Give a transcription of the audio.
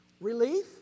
Relief